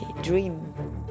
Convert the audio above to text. dream